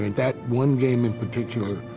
that one game, in particular,